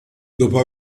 dopo